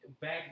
back